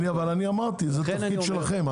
זה התפקיד שלכם.